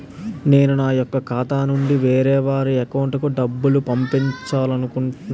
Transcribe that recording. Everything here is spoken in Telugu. నేను నా యెక్క ఖాతా నుంచి వేరే వారి అకౌంట్ కు డబ్బులు పంపించాలనుకుంటున్నా ఎలా?